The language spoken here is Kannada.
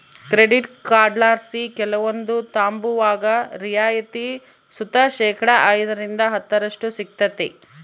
ಕ್ರೆಡಿಟ್ ಕಾರ್ಡ್ಲಾಸಿ ಕೆಲವೊಂದು ತಾಂಬುವಾಗ ರಿಯಾಯಿತಿ ಸುತ ಶೇಕಡಾ ಐದರಿಂದ ಹತ್ತರಷ್ಟು ಸಿಗ್ತತೆ